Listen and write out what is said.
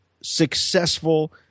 successful